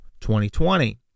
2020